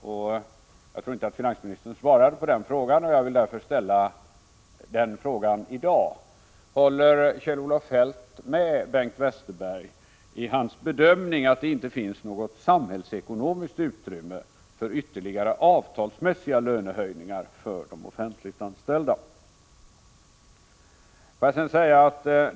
Jag tror inte att finansministern svarade på frågan, och jag vill därför ställa den i dag: Håller Kjell-Olof Feldt med Bengt Westerberg i hans bedömning att det inte finns något samhällsekonomiskt utrymme för ytterligare avtalsmässiga lönehöjningar för de offentligt anställda?